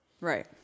Right